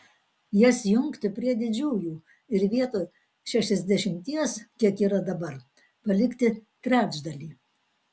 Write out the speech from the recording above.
jas jungti prie didžiųjų ir vietoj šešiasdešimties kiek yra dabar palikti trečdalį